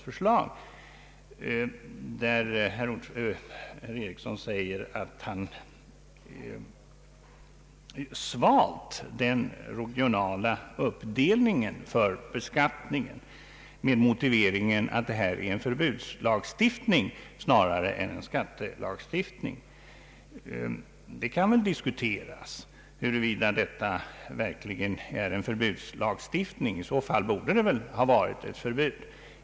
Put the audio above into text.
Herr Ericsson säger att han har svalt den regionala uppdelningen när det gäller beskattningen med motivering att detta är en förbudslagstiftning snarare än en skattelagstiftning. Det kan väl diskuteras huruvida detta verk ligen är en förbudslagstiftning. I så fall borde det ha varit ett förbud.